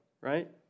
right